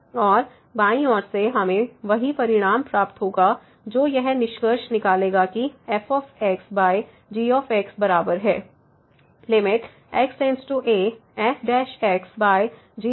और बाईं ओर से हमें वही परिणाम प्राप्त होगा जो यह निष्कर्ष निकालेगा कि fg बराबर हैx→a fg के